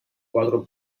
cuatro